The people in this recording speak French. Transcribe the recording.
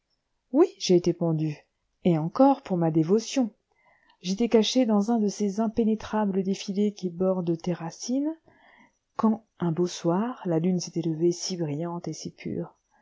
oui j'ai été pendu et encore pour ma dévotion j'étais caché dans un de ces impénétrables défilés qui bordent terracine quand un beau soir la lune s'était levée si brillante et